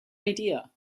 idea